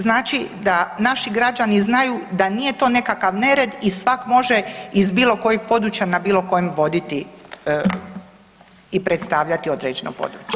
Znači da naši građani znaju da nije to nekakav nered i svak može iz bilo kojeg područja na bilo kojem voditi i predstavljati određeno područje.